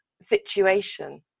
situation